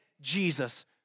Jesus